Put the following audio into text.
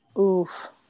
Oof